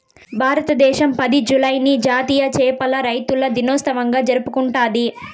భారతదేశం పది, జూలైని జాతీయ చేపల రైతుల దినోత్సవంగా జరుపుకుంటాది